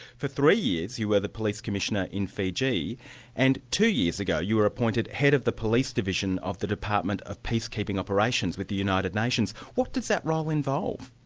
for three years you were the police commissioner in fiji and two years ago you were appointed head of the police division of the department of peacekeeping operations with the united nations. what does that role involve?